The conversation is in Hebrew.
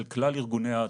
של כלל ארגוני ההצלה.